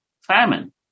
famine